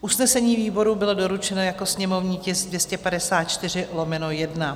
Usnesení výboru bylo doručeno jako sněmovní tisk 254/1.